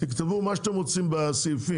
תכתבו מה שאתם רוצים בסעיפים,